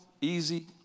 easy